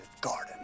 garden